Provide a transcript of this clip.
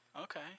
Okay